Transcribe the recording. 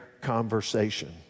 conversation